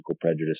prejudice